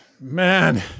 Man